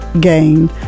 gain